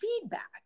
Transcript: feedback